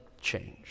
change